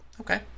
Okay